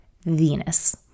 Venus